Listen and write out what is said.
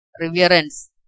reverence